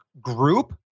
group